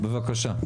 בבקשה.